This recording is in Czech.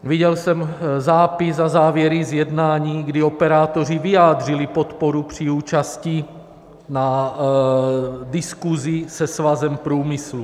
Viděl jsem zápis a závěry z jednání, kdy operátoři vyjádřili podporu při účasti na diskusi se Svazem průmyslu.